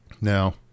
Now